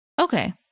Okay